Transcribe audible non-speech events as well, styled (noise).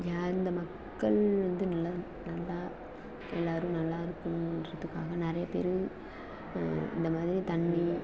யார் இந்த மக்கள் வந்து (unintelligible) நல்லா எல்லாரும் நல்லாருக்குணுன்றத்துக்காக நிறையப் பேர் இந்த மாதிரி தண்ணி